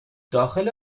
داخل